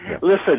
Listen